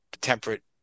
temperate